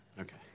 Okay